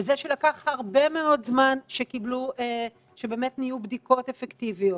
וזה שלקח הרבה מאוד זמן שבאמת נהיו בדיקות אפקטיביות.